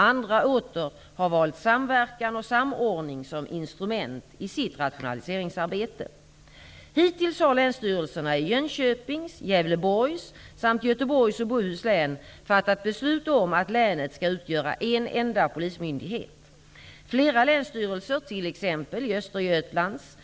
Andra åter har valt samverkan och samordning som instrument i sitt rationaliseringsarbete. Hittills har länsstyrelserna i Jönköpings, Gävleborgs samt Göteborgs och Bohus län fattat beslut om att länet skall utgöra en enda polismyndighet. Flera länsstyrelser, t.ex. i Östergötlands,